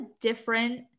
different